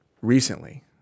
Recently